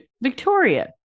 Victoria